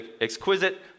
exquisite